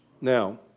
Now